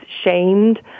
shamed